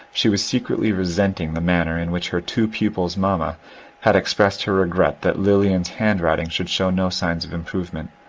she was secretly resenting the manner in which her two pupils' mamma had expressed her regret that lilian's handwriting should show no signs of im provement,